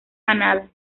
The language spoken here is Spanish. ganada